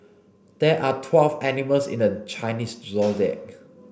there are twelve animals in the Chinese Zodiac